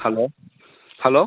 hello hello